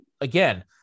again